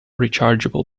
rechargeable